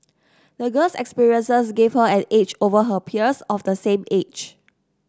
the girl's experiences gave her an edge over her peers of the same age